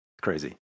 Crazy